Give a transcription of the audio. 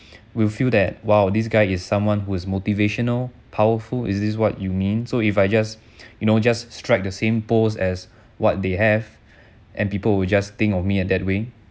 will feel that !wow! this guy is someone who's motivational powerful is this what you mean so if I just you know just strike the same pose as what they have and people will just think of me in that way